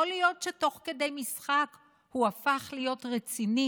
יכול להיות שתוך כדי משחק הוא הפך להיות רציני,